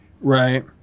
right